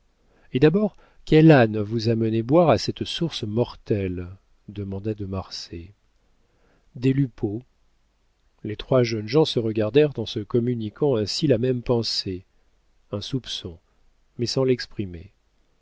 et d'abord quel âne vous a mené boire à cette source mortelle demanda de marsay des lupeaulx les trois jeunes gens se regardèrent en se communiquant ainsi la même pensée un soupçon mais sans l'exprimer